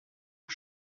aux